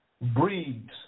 breeds